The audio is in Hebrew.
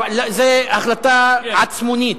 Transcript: כן, אבל זו החלטה עצמונית.